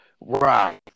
Right